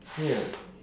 ya